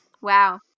Wow